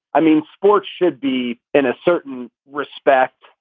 i mean, sports should be in a certain respect.